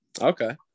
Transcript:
Okay